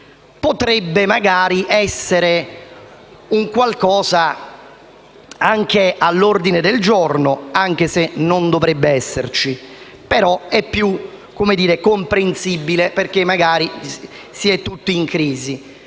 potrebbe magari anche essere qualcosa all’ordine del giorno (anche se non dovrebbe esserlo, è più comprensibile perché, magari, si è tutti in crisi).